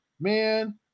man